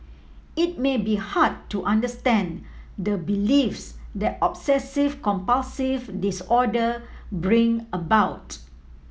it may be hard to understand the beliefs that obsessive compulsive disorder bring about